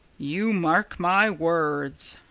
you mark my words!